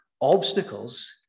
obstacles